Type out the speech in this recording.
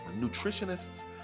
nutritionists